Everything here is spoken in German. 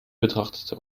betrachtete